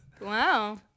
Wow